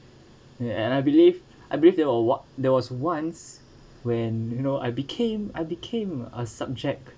ya and I believe I believe there was o~ there was once when you know I became I became a subject